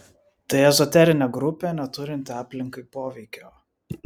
tai ezoterinė grupė neturinti aplinkai poveikio